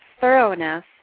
thoroughness